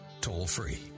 toll-free